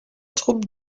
troupe